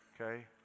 Okay